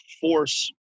force